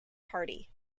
party